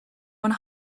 one